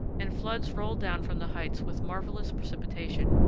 and floods roll down from the heights with marvelous precipitation,